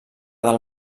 del